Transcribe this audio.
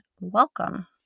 welcome